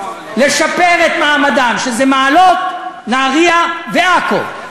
לשפר את מעמדם מעלות, נהריה ועכו.